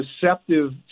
deceptive